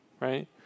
right